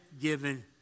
given